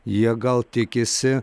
jie gal tikisi